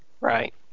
Right